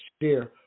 share